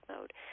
mode